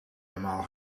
normaal